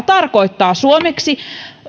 tarkoittaa suomeksi